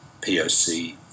POC